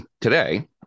Today